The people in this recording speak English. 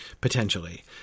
Potentially